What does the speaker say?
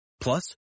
Plus